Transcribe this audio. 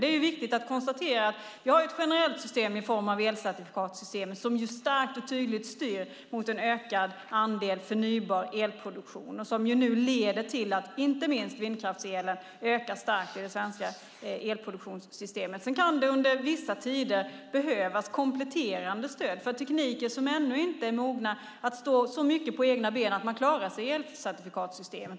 Det är viktigt att konstatera att vi har ett generellt system i form av elcertifikatssystemet som starkt och tydligt styr mot en ökad andel förnybar elproduktion och som leder till att inte minst vindkraftselen ökar starkt i det svenska elproduktionssystemet. Under vissa tider kan det behövas kompletterande stöd. Det finns tekniker som ännu inte är mogna att stå på egna ben så mycket att de klarar sig i elcertifikatssystemet.